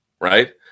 right